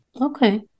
Okay